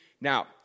Now